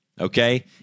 Okay